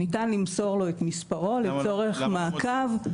שניתן למסור לו את מספרו לצורך מעקב.